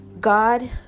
God